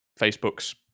facebook's